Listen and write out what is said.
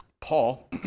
Paul